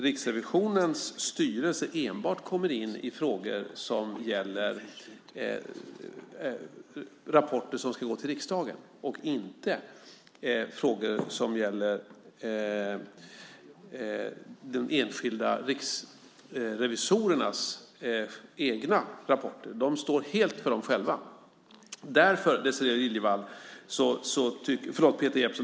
Riksrevisionens styrelse kommer ju enbart in när det gäller rapporter som ska gå till riksdagen, inte frågor som gäller riksrevisorernas egna rapporter. Dem står de för själva.